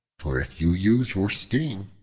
for if you use your sting,